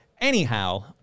Anyhow